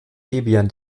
debian